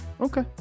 Okay